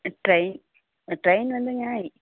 train train வந்துங்க